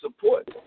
support